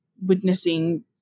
witnessing